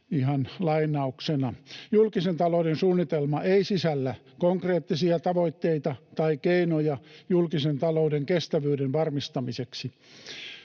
Ihan lainauksena: "Julkisen talouden suunnitelma ei sisällä konkreettisia tavoitteita tai keinoja julkisen talouden kestävyyden varmistamiseksi.